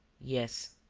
yes.